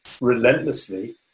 relentlessly